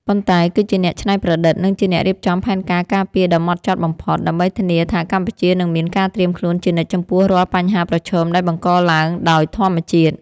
ប៉ុន្តែគឺជាអ្នកច្នៃប្រឌិត និងជាអ្នករៀបចំផែនការការពារដ៏ហ្មត់ចត់បំផុត ដើម្បីធានាថាកម្ពុជានឹងមានការត្រៀមខ្លួនជានិច្ចចំពោះរាល់បញ្ហាប្រឈមដែលបង្កឡើងដោយធម្មជាតិ។